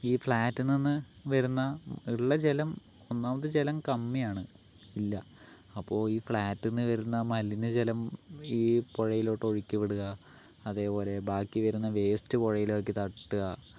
ഈ ഫ്ലാറ്റിൽ നിന്ന് വരുന്ന ഉള്ള ജലം ഒന്നാമത് ജലം കമ്മിയാണ് ഇല്ല അപ്പോൾ ഈ ഫ്ലാറ്റിൽനിന്നു വരുന്ന മലിനജലം ഈ പുഴയിലോട്ട് ഒഴുക്കിവിടുക അതേപോലെ ബാക്കി വരുന്ന വേസ്റ്റ് പുഴയിലേക്ക് തട്ടുക